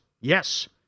yes